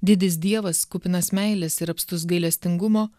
didis dievas kupinas meilės ir apstus gailestingumo